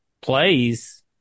plays